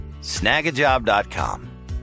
Snagajob.com